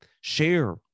share